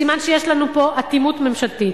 סימן שיש לנו פה אטימות ממשלתית.